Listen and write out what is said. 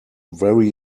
very